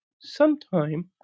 sometime